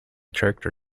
character